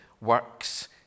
works